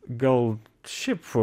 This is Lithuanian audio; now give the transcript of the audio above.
gal šiaip